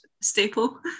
staple